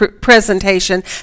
presentation